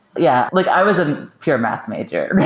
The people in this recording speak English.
yeah like i was a pure math major.